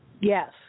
Yes